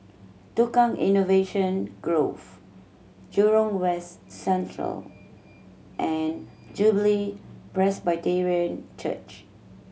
Tukang Innovation Grove Jurong West Central and Jubilee Presbyterian Church